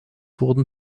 wurden